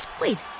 Wait